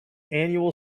annual